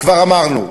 כבר אמרנו.